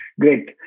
Great